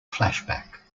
flashback